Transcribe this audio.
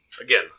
Again